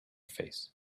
face